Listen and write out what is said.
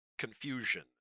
Confusion